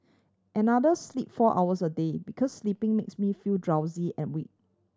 another sleep four hours a day because sleeping makes me feel drowsy and weak